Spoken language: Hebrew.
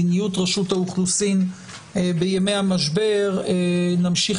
מדיניות רשות האוכלוסין בימי המשבר נמשיך